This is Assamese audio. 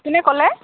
কোনে ক'লে